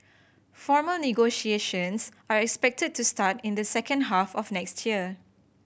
formal negotiations are expected to start in the second half of next year